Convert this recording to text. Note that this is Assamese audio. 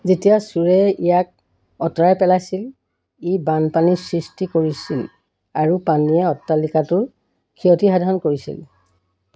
যেতিয়া চোৰে ইয়াক আঁতৰাই পেলাইছিল ই বানপানীৰ সৃষ্টি কৰিছিল আৰু পানীয়ে অট্টালিকাটোৰ ক্ষতিসাধন কৰিছিল